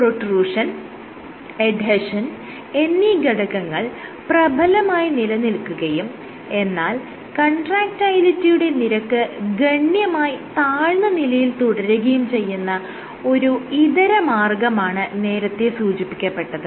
protrusion adhesion എന്നീ ഘടകങ്ങൾ പ്രബലമായി നിലനിൽക്കുകയും എന്നാൽ കൺട്രാക്ടയിലിറ്റിയുടെ നിരക്ക് ഗണ്യമായി താഴ്ന്ന നിലയിൽ തുടരുകയും ചെയ്യുന്ന ഒരു ഇതരമാർഗ്ഗമാണ് നേരത്തെ സൂചിപ്പിക്കപ്പെട്ടത്